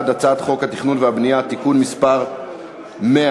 הצעת חוק התכנון והבנייה (תיקון מס' 100),